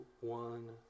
one